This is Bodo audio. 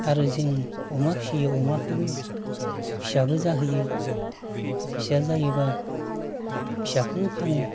आरो जों अमा फियो अमाखोबो फिसाबो जाहोयो फिसा जायोबा फिसाखौबो फानो